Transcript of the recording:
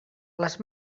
les